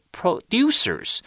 producers